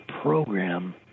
program